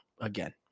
again